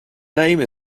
name